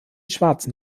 schwarzen